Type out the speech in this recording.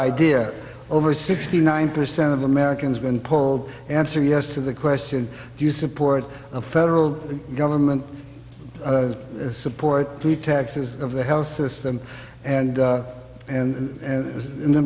idea over sixty nine percent of americans been polled answer yes to the question do you support a federal government support for the taxes of the health system and and in the